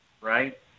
right